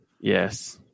Yes